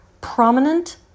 Prominent